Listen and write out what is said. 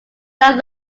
become